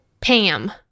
Pam